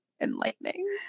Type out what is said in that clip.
enlightening